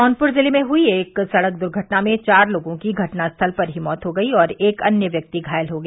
जौनपुर जिले में हुई एक सड़क दुर्घटना में चार लोगों की घटना स्थल पर ही मौत हो गई और एक अन्य व्यक्ति घायल हो गया